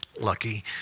Lucky